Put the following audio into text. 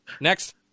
Next